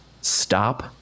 stop